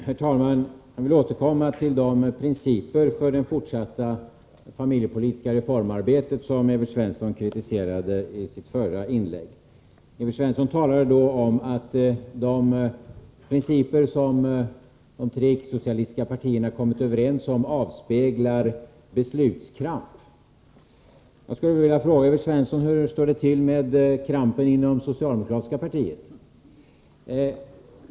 Herr talman! Jag vill återkomma till de principer för det fortsatta familjepolitiska reformarbetet som Evert Svensson kritiserade i sitt förra inlägg. Evert Svensson sade då att de principer som de tre icke-socialistiska partierna kommit överens om avspeglar beslutskramp. Jag skulle då vilja fråga Evert Svensson: Hur står det till med krampen inom det socialdemokratiska partiet?